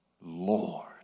Lord